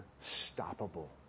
Unstoppable